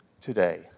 today